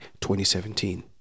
2017